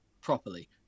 properly